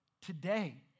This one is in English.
today